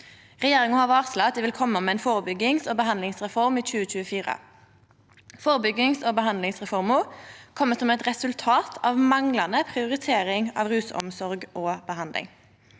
Regjeringa har varsla at dei vil koma med ei førebyggings- og behandlingsreform i 2024. Førebyggings- og behandlingsreforma kjem som eit resultat av manglande prioritering av rusomsorg og -behandling.